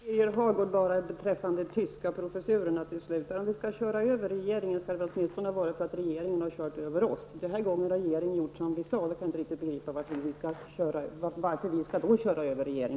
Herr talman! Bara några ord till Birger Hagård om de tyska professurerna. Om vi vill köra över regeringen, skall det åtminstone vara för att regeringen har kört över oss. Här har regeringen gjort som vi har sagt. Då kan jag inte begripa varför vi skall köra över den.